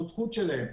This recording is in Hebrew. זאת זכות שלהם.